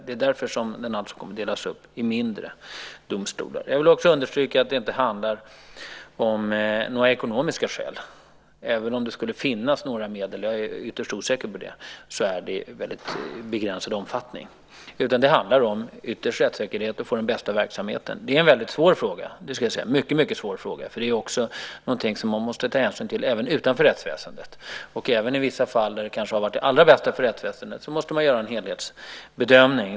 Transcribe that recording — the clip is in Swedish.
Det är därför som den kommer att delas upp i mindre domstolar. Jag vill också understryka att det inte handlar om några ekonomiska skäl. Även om det skulle finnas några - jag är ytterst osäker på det - så är omfattningen begränsad. Det handlar ytterst om rättssäkerheten och att få den bästa verksamheten. Det är en väldigt svår fråga, det ska jag säga, för man måste också ta hänsyn utanför rättsväsendet och i vissa fall måste man göra en helhetsbedömning.